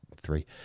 Three